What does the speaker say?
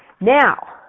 Now